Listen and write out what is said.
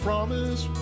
Promise